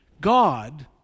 God